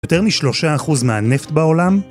יותר משלושה אחוז מהנפט בעולם?